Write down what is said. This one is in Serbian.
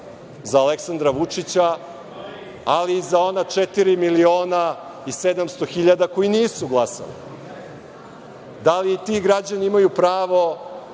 za Aleksandra Vučića, ali i za ona 4.700.000 koji nisu glasali? Da li i ti građani imaju pravo